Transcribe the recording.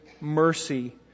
mercy